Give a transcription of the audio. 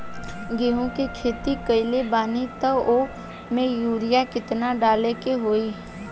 गेहूं के खेती कइले बानी त वो में युरिया केतना डाले के होई?